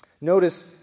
Notice